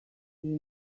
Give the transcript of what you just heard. see